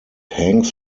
hangs